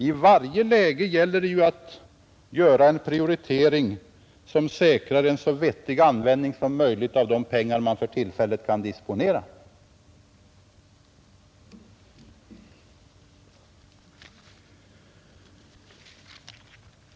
I varje läge gäller det ju att göra en prioritering som säkrar en så vettig användning som möjligt av de pengar som man för tillfället kan disponera.